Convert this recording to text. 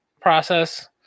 process